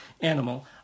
animal